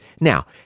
Now